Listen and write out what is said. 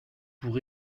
pour